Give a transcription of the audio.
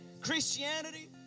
Christianity